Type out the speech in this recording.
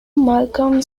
malcolm